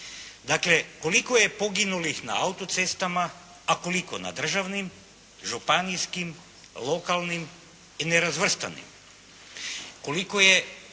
Dakle, koliko je poginulih na autocestama, a koliko na državnim, županijskim, lokalnim i nerazvrstanim.